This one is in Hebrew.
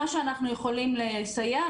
מה שאנחנו יכולים לסייע,